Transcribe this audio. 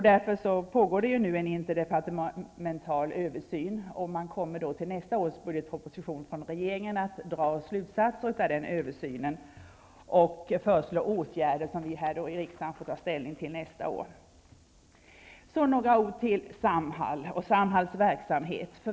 Därför pågår det nu en interdepartemental översyn, och regeringen kommer inför nästa års budgetproposition att dra slutsatser av den översynen och föreslå åtgärder som vi här i riksdagen får ta ställning till. Jag vill också säga några ord om Samhall och Samhalls verksamhet.